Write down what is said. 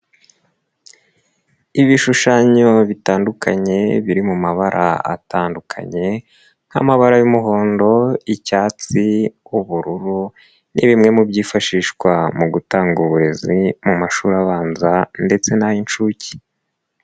Ibishushanyo bitandukanye biri mu mabara atandukanye nk'amabara y'umuhondo, icyatsi, n'ubururu ni bimwe mu byifashishwa mu gutanga uburezi mu mashuri abanza ndetse n'ay'inshuke.